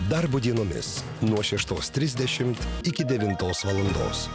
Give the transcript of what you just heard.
darbo dienomis nuo šeštos tridešimt iki devintos valandos